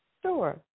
Sure